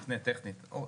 טכנית, אור.